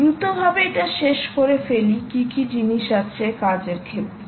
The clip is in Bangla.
দ্রুত ভাবে এটা শেষ করে ফেলি কি কি জিনিস আছে কাজের ক্ষেত্রে